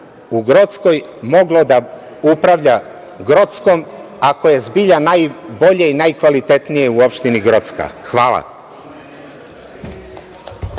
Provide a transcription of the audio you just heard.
u Grockoj moglo da upravlja Grockom, ako je zbilja najbolje i najkvalitetnije u Opštini Gorcka? Hvala.